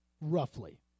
Roughly